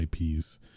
IPs